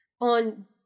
on